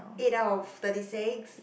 eight out of thirty six